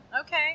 Okay